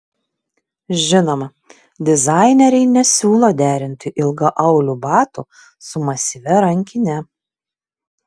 žinoma dizaineriai nesiūlo derinti ilgaaulių batų su masyvia rankine